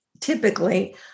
typically